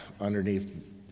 underneath